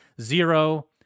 Zero